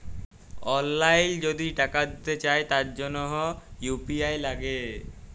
অললাইল যদি টাকা দিতে চায় তার জনহ ইউ.পি.আই লাগে